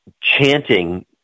chanting